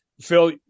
Phil